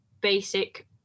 basic